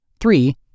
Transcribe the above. Three